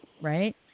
right